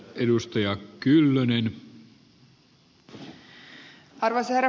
arvoisa herra puhemies